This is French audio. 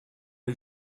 les